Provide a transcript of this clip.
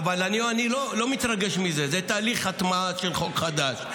אבל אני לא מתרגש מזה, זה תהליך הטמעה של חוק חדש.